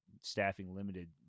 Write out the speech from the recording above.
staffing-limited